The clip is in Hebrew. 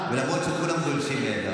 למרות שכולם גולשים מעבר,